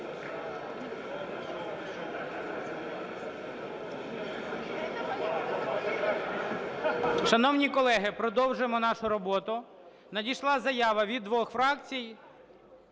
Шановні колеги, продовжуємо нашу роботу. Надійшла заява від двох фракцій